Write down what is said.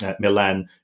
Milan